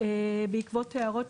בעקבות הערות